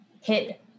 hit